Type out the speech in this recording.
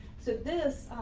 so this